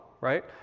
Right